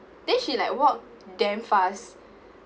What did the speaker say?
then she like walk damn fast